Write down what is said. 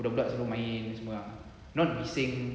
budak budak semua main semua ah not bising